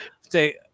Say